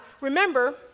remember